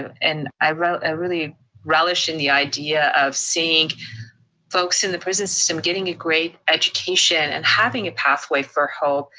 and i wrote, i really relish in the idea of seeing folks in the prison system getting a great education and having a pathway for hope.